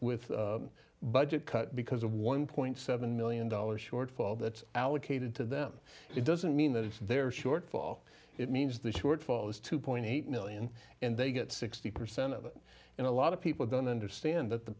with a budget cut because of one point seven million dollars shortfall that allocated to them it doesn't mean that it's their shortfall it means the shortfall is two point eight million and they get sixty percent of it and a lot of people don't understand that the